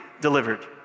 delivered